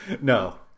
no